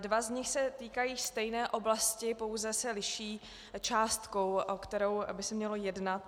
Dva z nich se týkají stejné oblasti, pouze se liší částkou, o kterou by se mělo jednat.